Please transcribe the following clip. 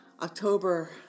October